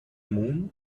moon